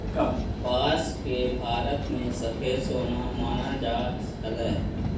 कपास के भारत में सफेद सोना मानल जा हलई